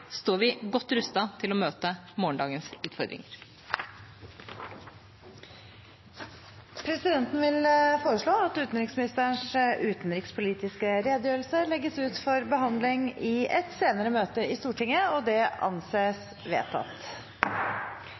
står vi godt rustet til å møte morgendagens utfordringer. Utenriksministerens utenrikspolitiske redegjørelse legges ut for behandling i et senere møte i Stortinget.